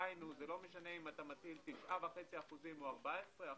זה לא משנה אם אתה מטיל תשעה וחצי אחוזים או 14 אחוזים,